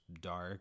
dark